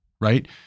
right